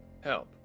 help